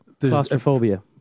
claustrophobia